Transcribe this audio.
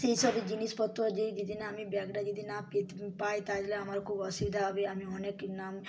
সেই সব জিনিসপত্র যেই যেদি না আমি ব্যাগটা যেদি না পেতে পাই তাইলে আমারও খুব অসুবিধা হবে আমি অনেক নাম